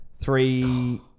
three